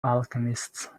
alchemists